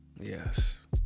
Yes